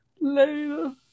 later